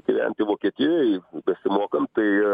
gyventi vokietijoj besimokant tai